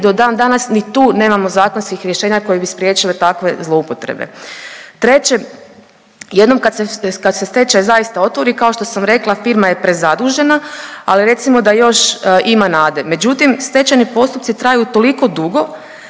i do dandanas ni tu nemamo zakonskih rješenja koji bi spriječili takve zloupotrebe. Treće, jednom kad se stečaj zaista otvori, firma je prezadužena, ali recimo da još ima nade. Međutim, stečajni postupci traju toliko dugo